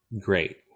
great